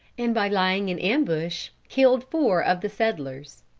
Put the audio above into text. and by lying in ambush killed four of the settlers.